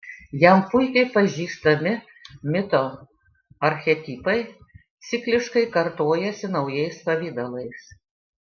jam puikiai pažįstami mito archetipai cikliškai kartojasi naujais pavidalais